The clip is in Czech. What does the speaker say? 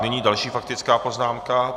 Nyní další faktická poznámka.